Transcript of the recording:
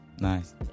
nice